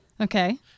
Okay